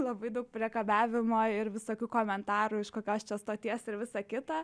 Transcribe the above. labai daug priekabiavimo ir visokių komentarų iš kokios čia stoties ir visa kita